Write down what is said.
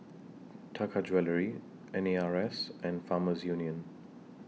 Taka Jewelry N A R S and Farmers Union